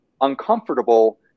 uncomfortable